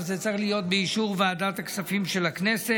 אבל זה צריך להיות באישור ועדת הכספים של הכנסת,